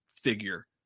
figure